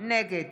נגד